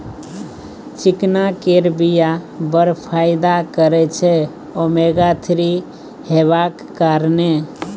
चिकना केर बीया बड़ फाइदा करय छै ओमेगा थ्री हेबाक कारणेँ